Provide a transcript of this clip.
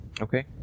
Okay